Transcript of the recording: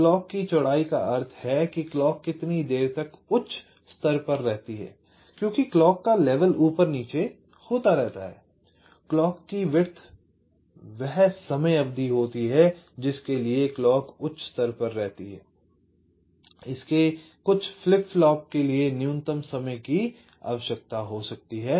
clock की चौड़ाई का अर्थ है कि क्लॉक कितनी देर तक उच्च स्थान पर रहती है क्योंकि क्लॉक का लेवल ऊपर नीचे होता रहता है I क्लॉक की चौड़ाई वह समय अवधि होती है जिसके लिए घड़ी उच्च स्थान पर रहती है इसके कुछ फ्लिप फ्लॉप के लिए न्यूनतम समय की आवश्यकता हो सकती है